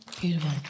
Beautiful